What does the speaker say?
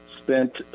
spent